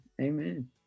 Amen